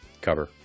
cover